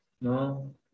no